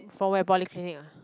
for where polyclinic ah